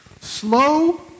slow